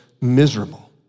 miserable